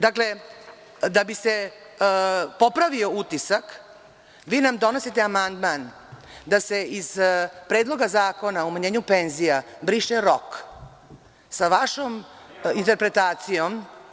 Da bi se popravio utisak, vi nam donosite amandman da se iz Predloga zakona o umanjenju penzija briše rok, sa vašom interpretacijom.